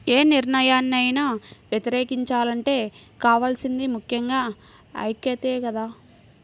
యే నిర్ణయాన్నైనా వ్యతిరేకించాలంటే కావాల్సింది ముక్కెంగా ఐక్యతే కదా